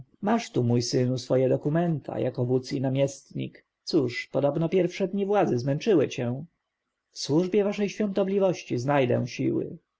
masz tu książę twoje dokumenta jako wódz i namiestnik cóż podobno pierwsze dni władzy zmęczyły cię w służbie waszej świątobliwości znajdę siły